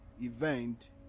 event